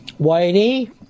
Whitey